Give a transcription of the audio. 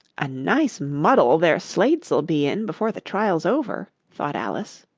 a nice muddle their slates'll be in before the trial's over thought alice.